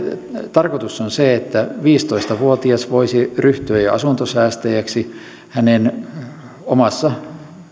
tarkoitus on se että jo viisitoista vuotias voisi ryhtyä asuntosäästäjäksi omassa